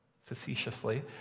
facetiously